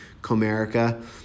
Comerica